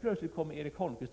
Plötsligt säger han också att